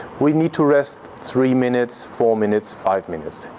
we need to rest three minutes, four minutes, five minutes.